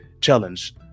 challenge